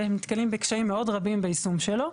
והם נתקלים בקשיים מאוד רבים ביישום שלו.